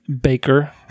baker